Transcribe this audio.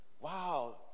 wow